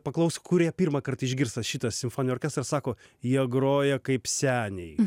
paklaus kurie pirmąkart išgirsta šitą simfoninį orkestrą sako jie groja kaip seniai